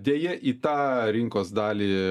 deja į tą rinkos dalį